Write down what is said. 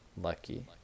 lucky